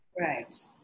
Right